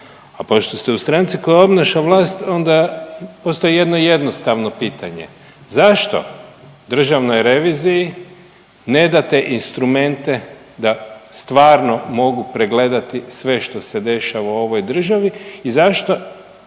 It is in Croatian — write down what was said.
a pošto ste u stranci koja obnaša vlast onda postoji jedno jednostavno pitanje. Zašto Državnoj reviziji ne date instrumente da stvarno mogu pregledati sve što se dešava u ovoj državi i zašto